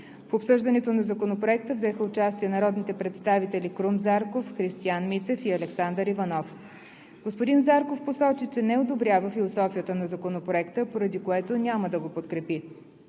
В обсъждането на Законопроекта взеха участие народните представители Крум Зарков, Христиан Митев и Александър Иванов. Господин Зарков посочи, че не одобрява философията на Законопроекта, поради което няма да го подкрепи.